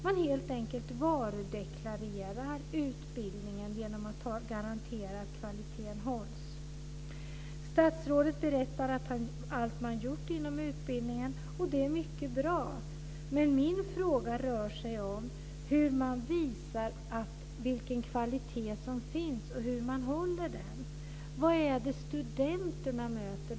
Man varudeklarerar helt enkelt utbildningen genom att garantera att kvaliteten hålls. Statsrådet berättar om allt man gjort inom utbildningen. Det är mycket bra. Men min fråga rör hur man visar vilken kvalitet som finns och hur man håller den. Vad är det studenterna möter?